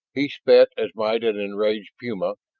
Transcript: he spat, as might an enraged puma,